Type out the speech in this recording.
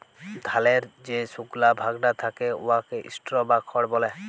ধালের যে সুকলা ভাগটা থ্যাকে উয়াকে স্ট্র বা খড় ব্যলে